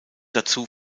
dazu